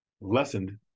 lessened